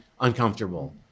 uncomfortable